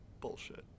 Bullshit